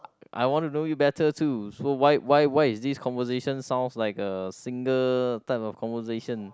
I want to know you better too so why why why is this conversation sounds like a single type of conversation